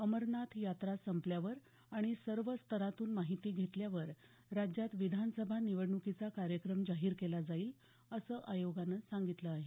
अमरनाथ यात्रा संपल्यावर आणि सर्व स्तरांतून माहिती घेतल्यानंतर राज्यात विधानसभा निवडणुकीचा कार्यक्रम जाहीर केला जाईल असं आयोगानं सांगितलं आहे